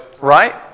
right